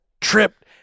tripped